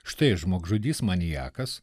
štai žmogžudys maniakas